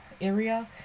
area